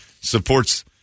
supports